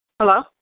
Hello